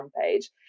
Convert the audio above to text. page